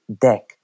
deck